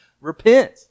repent